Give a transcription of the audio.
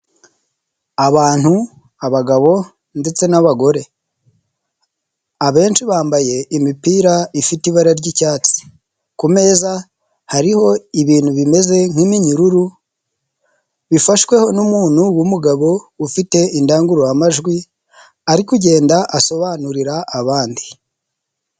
Abantu abagabo ndetse n'abagore, abenshi bambaye imipira ifite ibara ry'icyatsi, ku meza hariho ibintu bimeze nk'iminyururu bifashwe n'umuntu wumugabo ufite indangururamajwi ari kugenda asobanurira abandi.